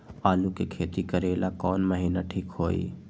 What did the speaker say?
आलू के खेती करेला कौन महीना ठीक होई?